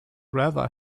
rather